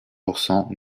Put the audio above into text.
pourcent